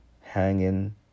hanging